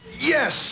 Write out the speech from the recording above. Yes